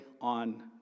on